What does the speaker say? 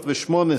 318